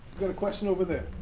got a question over there?